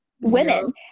women